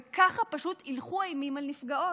וככה פשוט הילכו אימים על נפגעות.